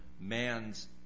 man's